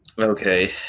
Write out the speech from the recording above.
Okay